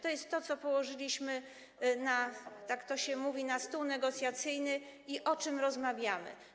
To jest to, co położyliśmy, jak to się mówi, na stół negocjacyjny i o czym rozmawiamy.